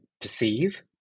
perceive